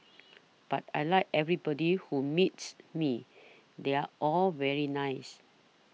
but I like everybody who meets me they're all very nice